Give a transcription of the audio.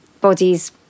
bodies